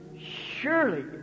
surely